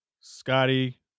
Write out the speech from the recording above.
Scotty